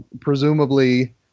presumably